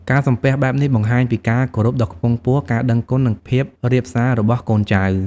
ការសំពះបែបនេះបង្ហាញពីការគោរពដ៏ខ្ពង់ខ្ពស់ ការដឹងគុណ និងភាពរាបសារបស់កូនចៅ។